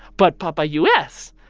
but papa u s.